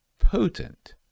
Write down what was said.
potent